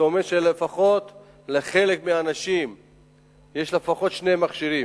זה אומר שלפחות לחלק מהאנשים יש לפחות שני מכשירים.